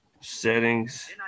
settings